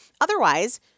Otherwise